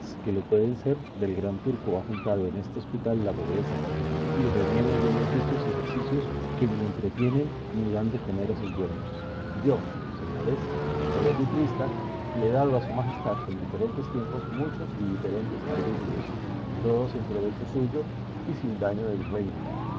que lo pueden ser del gran turco ha juntado en este hospital la pobreza y reniego yo de oficios y ejercicios que ni entretienen ni dan de comer a sus dueños yo señores soy arbitrista y he dado a su majestad en diferentes tiempos muchos y diferentes arbitrios todos en provecho suyo y sin daño del reino